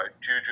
Juju